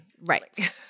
Right